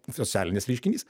socialinis reiškinys